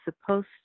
supposed